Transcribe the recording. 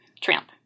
Tramp